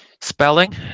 spelling